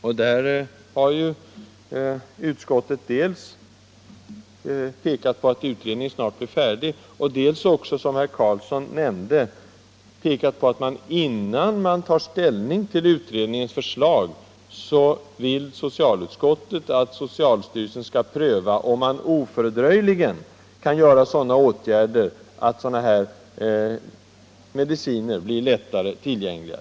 Utskottet har där pekat på dels att utredningen snart är färdig, dels, som herr Karlsson i Huskvarna nämnde, att socialutskottet vill att socialstyrelsen innan ställning tas till utredningens förslag skall pröva om inte åtgärder ofördröjligen kan vidtas så att sådana här mediciner blir tillgängliga.